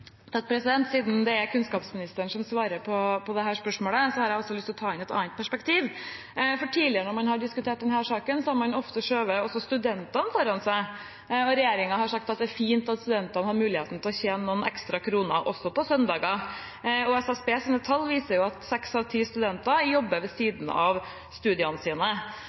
Siden det er kunnskapsministeren som svarer på dette spørsmålet, har jeg lyst til å ta inn et annet perspektiv. Når man tidligere har diskutert denne saken, har man ofte skjøvet studentene foran seg. Regjeringen har sagt at det er fint at studentene har hatt muligheten til å tjene noen ekstra kroner også på søndager. SSBs tall viser at seks av ti studenter jobber ved siden av studiene.